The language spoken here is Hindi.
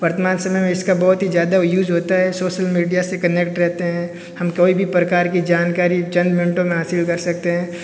वर्तमान समय में इसका बहुत ही ज़्यादा यूज होता है सोशल मीडिया से कनेक्ट रहते है हम कोई भी प्रकार की जानकारी चंद मिनिटों में हासिल कर सकते है